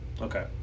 Okay